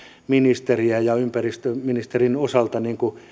ministeriä ympäristöministeriön osalta